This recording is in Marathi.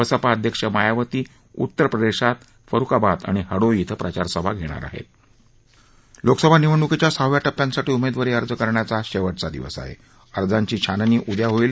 बसपा अध्यक्ष मायावती उत्तरप्रदधीत फरुखाबाद आणि हडोई कें प्रचार सभा घरीर आहर्ति लोकसभा निवडणुकीच्या सहाव्या टप्प्यासाठी उमार्वारी अर्ज करण्याचा आज शक्टेचा दिवस आहा अर्जांची छाननी उद्या होईल